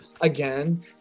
again